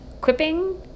quipping